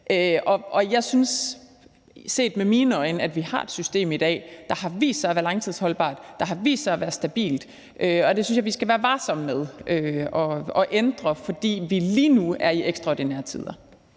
bagefter. Set med mine øjne har vi et system i dag, der har vist sig at være langtidsholdbart og stabilt, og det synes jeg vi skal være varsomme med at ændre, fordi vi lige nu er i ekstraordinære tider.